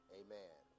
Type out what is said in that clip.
amen